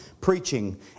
preaching